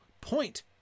point